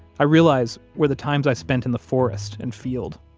i realize were the times i spent in the forest and field.